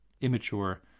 Immature